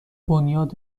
بنیاد